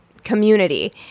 community